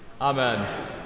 Amen